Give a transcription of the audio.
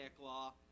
law